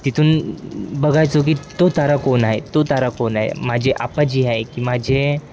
तिथून बघायचो की तो तारा कोण आहे तो तारा कोण आहे माझी आपाजी आहे की माझे